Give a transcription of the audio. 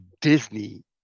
Disney